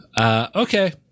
Okay